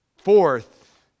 Fourth